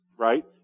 Right